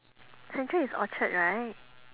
central is orchard right